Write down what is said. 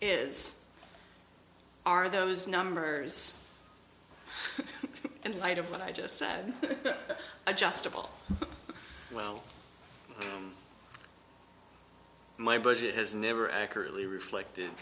is are those numbers and light of what i just said adjustable well my budget has never accurately reflected